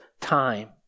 time